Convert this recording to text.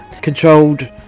controlled